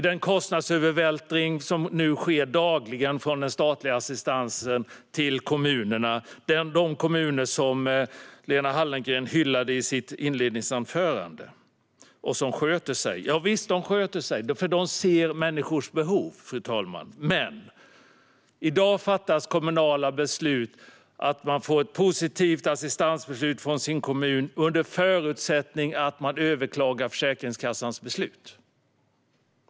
Det sker dagligen en kostnadsövervältring från den statliga assistansen till kommunerna - de kommuner som Lena Hallengren hyllade i sitt inledningsanförande och som sköter sig. Javisst, de sköter sig, för de ser människors behov, fru talman. Men i dag fattas kommunala beslut om att man får ett positivt assistansbeslut från sin kommun under förutsättning att man överklagar Försäkringskassans beslut.